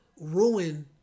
ruin